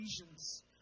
visions